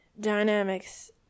dynamics